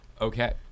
Okay